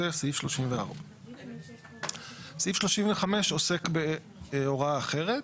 זה סעיף 34. סעיף 35 עוסק בהוראה אחרת.